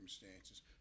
circumstances